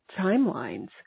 timelines